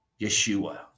Yeshua